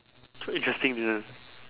quite interesting ya